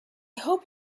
hope